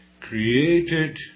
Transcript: created